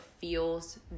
feels